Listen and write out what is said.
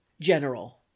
General